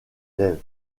lève